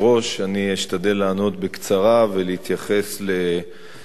אני אשתדל לענות בקצרה ולהתייחס לטיעונים